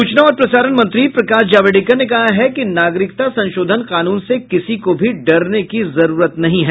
सूचना और प्रसारण मंत्री प्रकाश जावड़ेकर ने कहा है कि नागरिकता संशोधन कानून से किसी को भी डरने की जरूरत नहीं है